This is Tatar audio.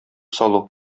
салу